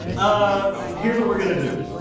ah here's what we're gonna do.